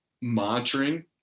monitoring